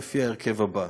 בהרכב הזה: